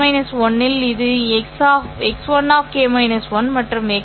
எனவே ஒவ்வொரு kth நேரத்திலும் நீங்கள் x1 k இன் மதிப்பை எடுத்து பின்னர் x2 k இல் சேர்க்கவும்